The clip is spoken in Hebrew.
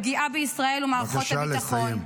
בפגיעה בישראל ומערכות הביטחון -- בבקשה לסיים.